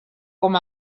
com